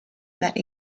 meet